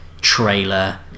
trailer